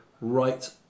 right